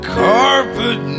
carpet